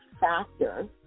factor